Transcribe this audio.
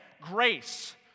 Grace